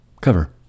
cover